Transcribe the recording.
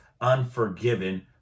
Unforgiven